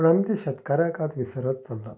परंत शेतकाराक आयज विसरत चल्ल्यात